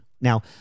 now